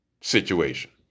situation